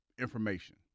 information –